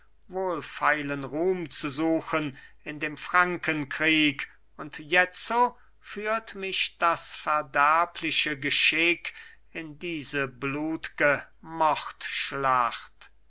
wohlfeilen ruhm zu suchen in dem frankenkrieg und jetzo führt mich das verderbliche geschick in diese blutge